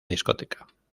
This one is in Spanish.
discoteca